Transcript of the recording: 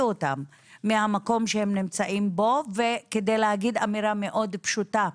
אותם מהמקום שהם נמצאים בו וכדי להגיד אמירה מאוד פשוטה,